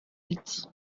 vite